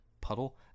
puddle